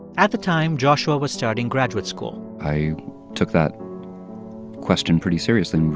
at the time, joshua was starting graduate school i took that question pretty seriously.